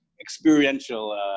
experiential